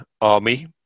army